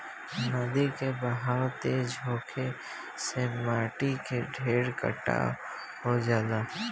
नदी के बहाव तेज होखे से माटी के ढेर कटाव हो जाला